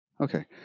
Okay